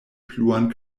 pluan